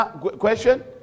question